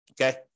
Okay